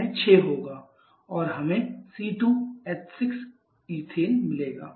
यह 6 होगा और हमें C2H6 इथेन मिलेगा